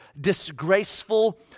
disgraceful